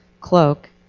cloak